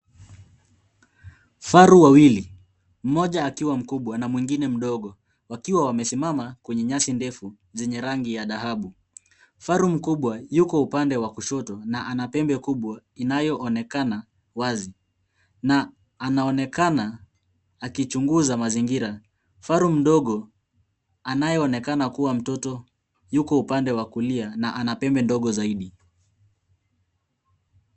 Kifaru wawili, mmoja akiwa mkubwa na mwingine mdogo, wakiwa wamesimama kwenye nyasi ndefu zenye rangi wa dhahabu. Kifaru mkubwa yuko upande wa kushoto na anapembe mkubwa inayoonekana wazi na anaonekana akichunguza mazingira. kifaru mdogo anayeonekana kuwa mtoto yuko upande wa kulia na anapembe ndogo zaidi.